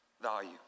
value